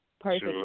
perfect